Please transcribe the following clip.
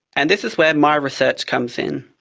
and this is where my research comes in.